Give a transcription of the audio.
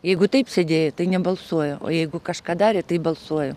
jeigu taip sėdėjo tai nebalsuoja o jeigu kažką darė tai balsuoju